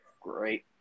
Great